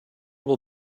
will